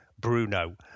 Bruno